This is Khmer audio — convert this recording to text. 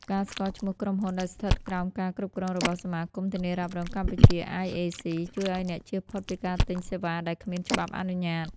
ការស្គាល់ឈ្មោះក្រុមហ៊ុនដែលស្ថិតក្រោមការគ្រប់គ្រងរបស់ សមាគមធានារ៉ាប់រងកម្ពុជា (IAC) ជួយឱ្យអ្នកជៀសផុតពីការទិញសេវាដែលគ្មានច្បាប់អនុញ្ញាត។